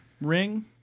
ring